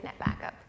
NetBackup